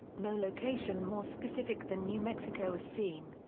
no location more specific than new mexico is seen.